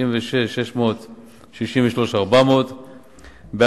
96 מיליון ו-663,400 ש"ח,